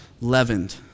leavened